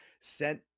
sent